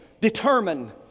determine